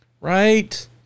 right